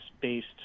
based